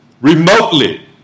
remotely